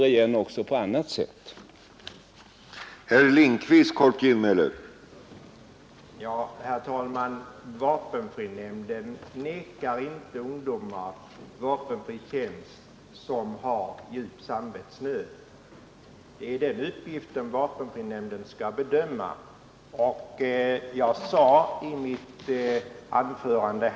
Följderna av en sådan vägran kommer igen på olika sätt.